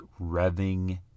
revving